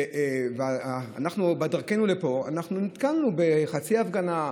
אנחנו בדרכנו לפה נתקלנו בחצי הפגנה,